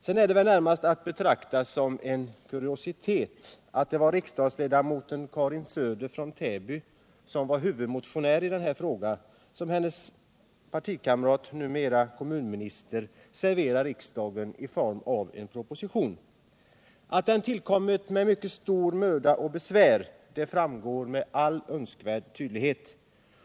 Sedan är det väl närmast att betrakta som en kuriositet att det var riksdagsledamoten Karin Söder från Täby som var huvudmotionär i denna fråga, som hennes partikamrat nuvarande kommunministern nu serverar riksdagen i form av en proposition. Att propositionen tillkommit med mycken möda och stort besvär framgår med all önskvärd tydlighet.